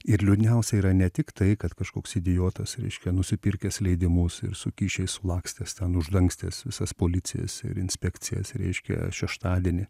ir liūdniausia yra ne tik tai kad kažkoks idiotas reiškia nusipirkęs leidimus ir su kyšiais sulakstęs ten uždangstęs visas policijos ir inspekcijas reiškia šeštadienį